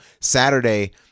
saturday